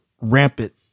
rampant